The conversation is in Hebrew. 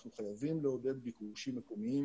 אנחנו חייבים לעודד ביקושים מקומיים,